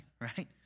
right